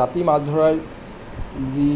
ৰাতি মাছ ধৰাৰ যি